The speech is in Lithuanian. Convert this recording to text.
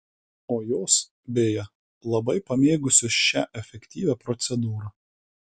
o jos beje labai pamėgusios šią efektyvią procedūrą